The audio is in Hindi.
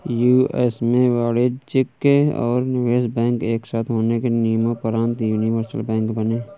यू.एस में वाणिज्यिक और निवेश बैंक एक साथ होने के नियम़ोंपरान्त यूनिवर्सल बैंक बने